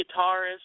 guitarist